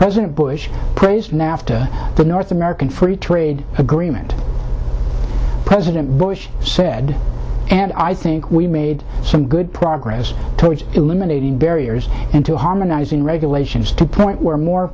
president bush praised nafta the north american free trade agreement president bush said and i think we've made some good progress towards eliminating barriers and to harmonizing regulations to point where more